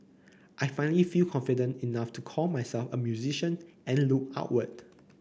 I finally feel confident enough to call myself a musician and look outward